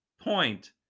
point